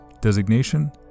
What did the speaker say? Designation